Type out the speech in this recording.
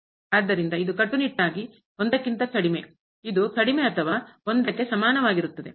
ಆದ್ದರಿಂದ ಇದು ಕಟ್ಟುನಿಟ್ಟಾಗಿ ಕ್ಕಿಂತ ಕಡಿಮೆ ಇದು ಕಡಿಮೆ ಅಥವಾ ಸಮನಾಗಿರುತ್ತದೆ